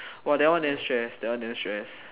!wah! that one damn stress that one damn stress